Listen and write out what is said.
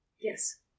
Yes